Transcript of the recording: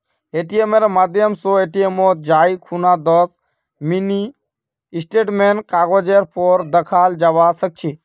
एटीएमेर माध्यम स एटीएमत जाई खूना दस मिनी स्टेटमेंटेर कागजेर पर दखाल जाबा सके छे